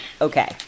okay